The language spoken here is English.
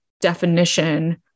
definition